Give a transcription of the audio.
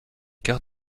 quarts